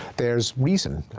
there's reason.